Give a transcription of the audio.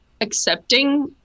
accepting